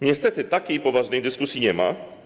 Niestety takiej poważnej dyskusji nie ma.